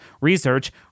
research